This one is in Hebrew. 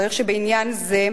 צריך שבעניין זה,